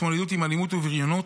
התמודדות עם אלימות ובריונות,